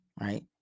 right